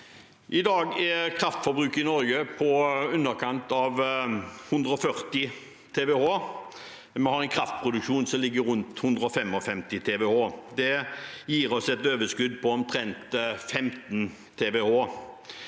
I dag er kraftforbruket i Norge på i underkant av 140 TWh, og vi har en kraftproduksjon som ligger rundt 155 TWh. Det gir oss et overskudd på omtrent 15 TWh.